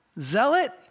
Zealot